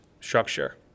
structure